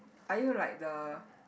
are you like the